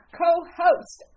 co-host